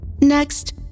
Next